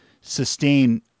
sustain